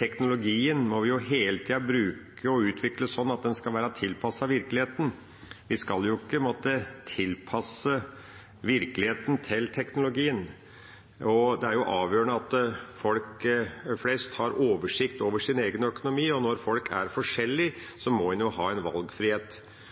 teknologien må vi hele tida bruke og utvikle sånn at den skal være tilpasset virkeligheten. Vi skal ikke måtte tilpasse virkeligheten til teknologien. Det er avgjørende at folk flest har oversikt over sin egen økonomi, og når folk er forskjellige, må man ha en valgfrihet.